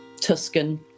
tuscan